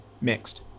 mixed